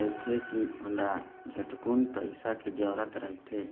लेथे के ओला झटकुन पइसा के जरूरत रहिथे